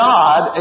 God